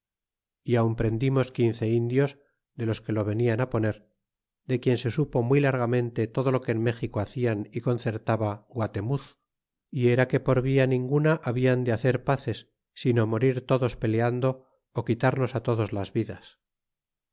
y aun prendimos quince indios de los que o venian á poner de quien se supo muy largamente todo lo que en méxico hacian y concertaba guatemuz y era que por via ninguna hablan de hacer paces sino morir todos peleando ó quitarnos á todos las vidas